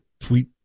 tweet